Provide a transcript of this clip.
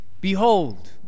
Behold